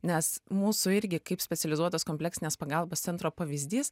nes mūsų irgi kaip specializuotos kompleksinės pagalbos centro pavyzdys